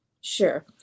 Sure